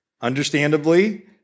understandably